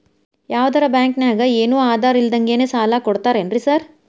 ಯಾವದರಾ ಬ್ಯಾಂಕ್ ನಾಗ ಏನು ಆಧಾರ್ ಇಲ್ದಂಗನೆ ಸಾಲ ಕೊಡ್ತಾರೆನ್ರಿ ಸಾರ್?